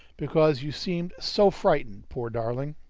because you seemed so frightened, poor darling!